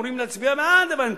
השרים אמורים להצביע בעד, הבנתי.